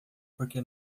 porque